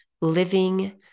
Living